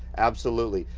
absolutely,